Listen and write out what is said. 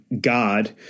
God